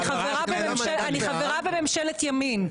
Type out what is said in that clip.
אני חברה בממשלת ימין.